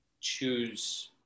choose